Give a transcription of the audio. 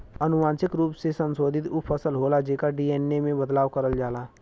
अनुवांशिक रूप से संशोधित उ फसल होला जेकर डी.एन.ए में बदलाव करल जाला